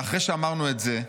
ואחרי שאמרנו את זה,